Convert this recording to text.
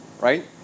right